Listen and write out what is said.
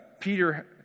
Peter